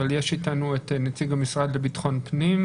אבל יש איתנו את נציג המשרד לבטחון פנים,